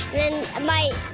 then my,